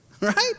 Right